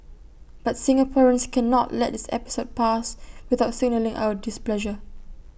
but Singaporeans cannot let this episode pass without signalling our displeasure